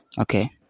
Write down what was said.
okay